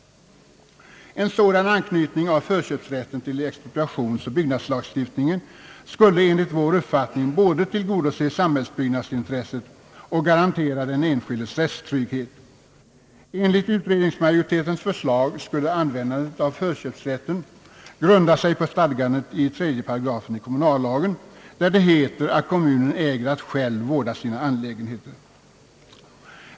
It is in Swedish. En sådan anknytning av förköpsrätten till expropriationsoch byggnadslagstiftningen skulle enligt vår uppfattning både tillgodose samhällsbyggnadsintresset och garantera den enskildes rättstrygghet. Enligt utredningsmajoritetens förslag skulle användandet av förköpsrätten grunda sig på stadgandet i 3 8 i kommunallagen, där det heter att kommunen äger att själv »vårda sina angelägenheter».